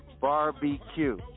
barbecue